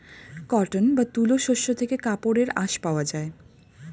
cotton বা তুলো শস্য থেকে কাপড়ের আঁশ পাওয়া যায়